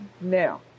now